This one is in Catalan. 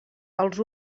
als